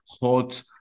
hot